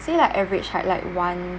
say like average height like one